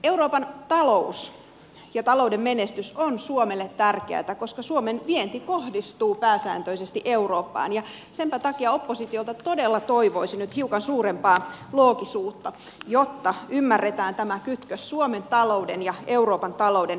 euroopan talous ja talouden menestys on suomelle tärkeätä koska suomen vienti kohdistuu pääsääntöisesti eurooppaan ja senpä takia oppositiolta todella toivoisi nyt hiukan suurempaa loogisuutta jotta ymmärretään tämä kytkös suomen talouden ja euroopan talouden välillä